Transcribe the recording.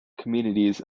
communities